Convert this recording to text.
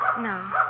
No